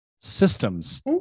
systems